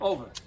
Over